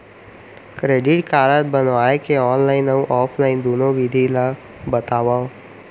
Credit card बनवाए के online अऊ ऑफलाइन दुनो विधि ला बतावव?